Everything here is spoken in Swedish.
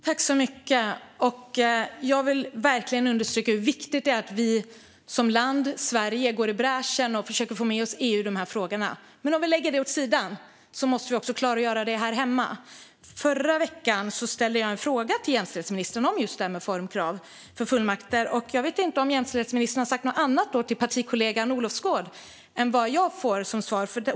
Herr talman! Jag vill verkligen understryka hur viktigt det är att Sverige som land går i bräschen och att vi försöker få med oss EU i dessa frågor. Men vi kan lägga detta åt sidan. Vi måste också klargöra det som finns här hemma. I förra veckan ställde jag en fråga till jämställdhetsministern om formkrav för fullmakter. Jag vet inte om jämställdhetsministern har sagt något annat till partikollegan Olofsgård än det svar jag fick.